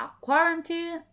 quarantine